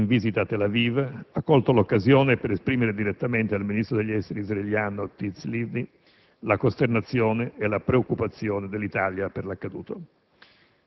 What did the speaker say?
in visita a Tel Aviv, ha colto l'occasione per esprimere direttamente al ministro degli esteri israeliano Tzipi Livni la costernazione e la preoccupazione dell'Italia per l'accaduto.